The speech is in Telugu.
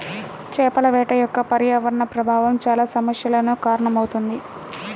చేపల వేట యొక్క పర్యావరణ ప్రభావం చాలా సమస్యలకు కారణమవుతుంది